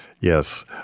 Yes